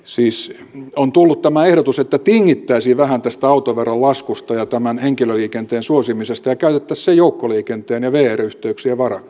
siis on tullut tämä ehdotus että tingittäisiin vähän tästä autoveron laskusta ja tämän henkilöliikenteen suosimisesta ja käytettäisiin se joukkoliikenteen ja vr yhteyksien hyväksi